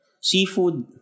Seafood